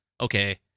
Okay